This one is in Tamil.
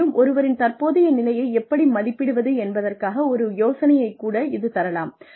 மேலும் ஒருவரின் தற்போதைய நிலையை எப்படி மதிப்பிடுவது என்பதற்காக ஒரு யோசனையைக் கூட இது தரலாம்